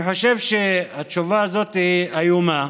אני חושב שהתשובה הזאת איומה,